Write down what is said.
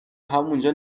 همونجا